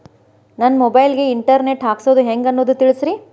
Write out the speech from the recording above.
ನನ್ನ ಮೊಬೈಲ್ ಗೆ internet ಹಾಕ್ಸೋದು ಹೆಂಗ್ ಅನ್ನೋದು ತಿಳಸ್ರಿ